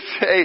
say